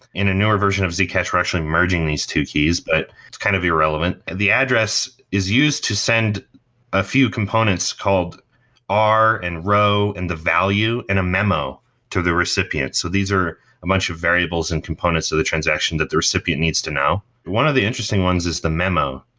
in a newer version of zcash we're actually merging these two keys, but it's kind of irrelevant the address is used to send a few components called r and row and the value and a memo to the recipient. so these are a bunch of variables and components of the transaction that the recipient needs to k now one of the interesting ones is the memo.